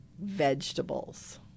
vegetables